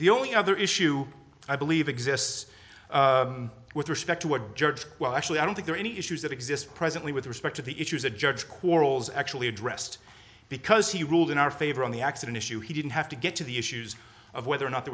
the only other issue i believe exists with respect to what judge well actually i don't think there are any issues that exist presently with respect to the issues a judge quarrels actually addressed because he ruled in our favor on the accident issue he didn't have to get to the issues of whether or not